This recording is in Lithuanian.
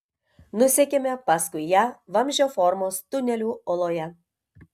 nusekėme paskui ją vamzdžio formos tuneliu uoloje